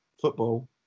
Football